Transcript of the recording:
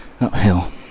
uphill